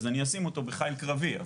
אז אני אשים אותו בחיל קרבי.